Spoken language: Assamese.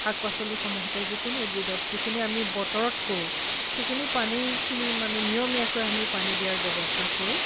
শাক পাচলিসমূহতেই যিকোনো উদ্ভিদত যিখিনি আমি বতৰত কৰোঁ সেইখিনি পানীখিনি মানে নিয়মীয়াকৈ আমি পানী দিয়াৰ ব্যৱস্থা কৰোঁ